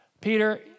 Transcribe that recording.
Peter